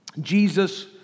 Jesus